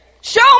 Show